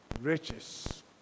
riches